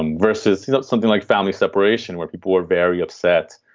um versus you. it's something like family separation, where people are very upset.